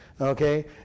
Okay